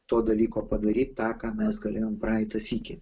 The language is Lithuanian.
to dalyko padaryt tą ką mes galėjom praeitą sykį